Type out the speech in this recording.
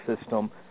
system